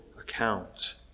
account